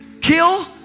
kill